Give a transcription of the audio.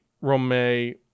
Rome